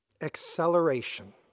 Acceleration